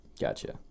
Gotcha